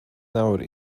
nawr